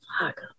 fuck